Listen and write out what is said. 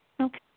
Okay